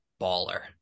baller